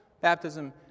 baptism